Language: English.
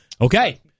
Okay